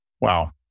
Wow